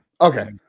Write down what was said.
Okay